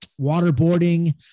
waterboarding